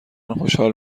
خوشحال